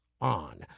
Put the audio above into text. on